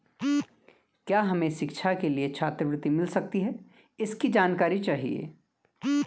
क्या हमें शिक्षा के लिए छात्रवृत्ति मिल सकती है इसकी जानकारी चाहिए?